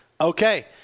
okay